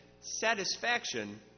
satisfaction